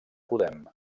podem